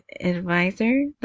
advisor